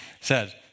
says